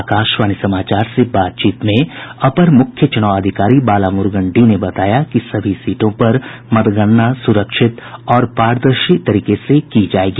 आकाशवाणी समाचार से बातचीत में अपर मुख्य चुनाव अधिकारी बालामुरूगन डी ने बताया कि सभी सीटों पर मतगणना सुरक्षित और पारदर्शी तरीके से की जाएगी